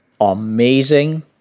amazing